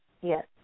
Yes